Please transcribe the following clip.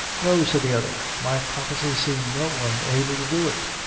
no, said the other my prophecy seen no one able to do it.